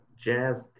jazz